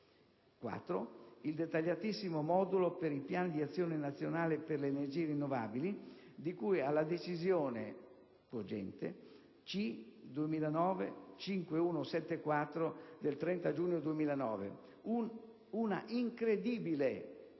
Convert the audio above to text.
il dettagliatissimo modulo per i piani di azione nazionali per le energie rinnovabili, di cui alla decisione cogente C (2009) 5174 del 30 giugno 2009, una incredibile